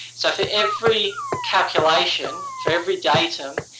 so, for every calculation, for every datum,